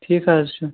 ٹھیٖک حظ چھُ